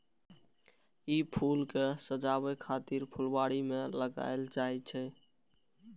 ई फूल कें सजाबै खातिर फुलबाड़ी मे लगाएल जाइ छै